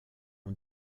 ont